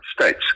States